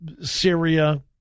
Syria